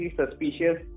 suspicious